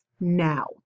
now